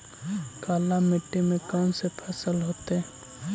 काला मिट्टी में कौन से फसल होतै?